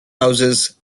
houses